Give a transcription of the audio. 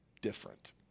different